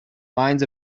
minds